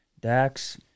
Dax